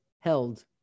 held